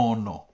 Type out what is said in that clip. no